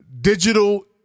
digital